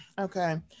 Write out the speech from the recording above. okay